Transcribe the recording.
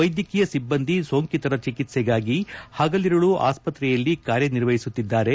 ವೈದ್ಯಕೀಯ ಸಿಬ್ಬಂದಿ ಸೋಂಕಿತರ ಚಿಕಿತ್ಸೆಗಾಗಿ ಹಗಲಿರುಳು ಆಸ್ವತ್ರೆಯಲ್ಲಿ ಕಾರ್ಯನಿರ್ವಹಿಸುತ್ತಿದ್ದಾರೆ